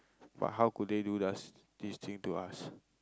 but how could they do to us this thing to us